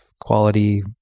quality